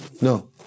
No